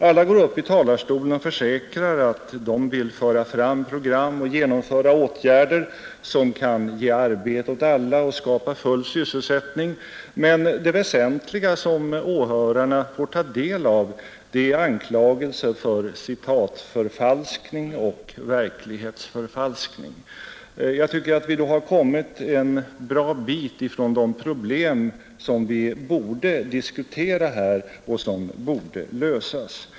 Alla försäkrar från talarstolen att de vill föra fram program och genomföra åtgärder som kan ge arbete åt alla och skapa full sysselsättning, men det väsentliga som åhörarna får ta del av är anklagelser för citatförfalskning och verklighetsförfalskning. Vi har då kommit en bra bit från de problem som vi borde diskutera och som borde lösas.